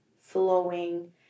flowing